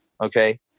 okay